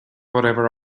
whatever